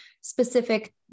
specific